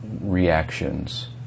reactions